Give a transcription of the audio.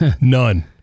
none